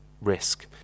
risk